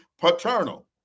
paternal